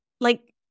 like-